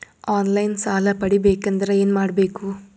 On line ಸಾಲ ಪಡಿಬೇಕಂದರ ಏನಮಾಡಬೇಕು?